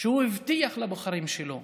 שהוא הבטיח לבוחרים שלו,